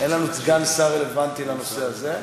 אין לנו סגן שר רלוונטי לנושא הזה.